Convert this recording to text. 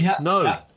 No